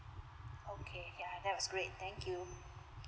okay ya that was great thank you